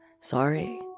Sorry